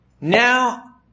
Now